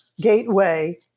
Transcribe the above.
gateway